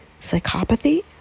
psychopathy